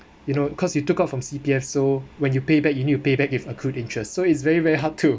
you know cause you took out from C_P_F so when you payback you need to payback if accrued interest so it's very very hard to